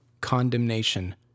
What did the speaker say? condemnation